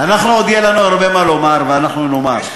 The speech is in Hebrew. אנחנו, עוד יהיה לנו הרבה מה לומר, ואנחנו נאמר.